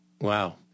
Wow